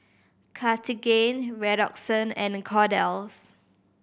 Cartigain Redoxon and Kordel's